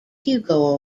hugo